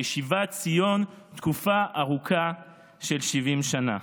לשיבת ציון תקופה ארוכה של 70 שנה.